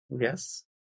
Yes